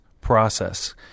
process